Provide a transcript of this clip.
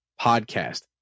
podcast